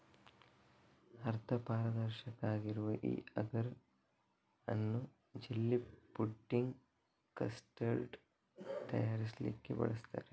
ಅರ್ಧ ಪಾರದರ್ಶಕ ಆಗಿರುವ ಈ ಅಗರ್ ಅನ್ನು ಜೆಲ್ಲಿ, ಫುಡ್ಡಿಂಗ್, ಕಸ್ಟರ್ಡ್ ತಯಾರಿಸ್ಲಿಕ್ಕೆ ಬಳಸ್ತಾರೆ